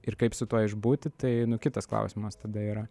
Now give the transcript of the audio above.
ir kaip su tuo išbūti tai nu kitas klausimas tada yra